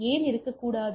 ஏன் இருக்கக்கூடாது